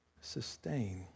sustain